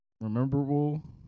rememberable